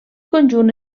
conjunt